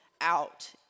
out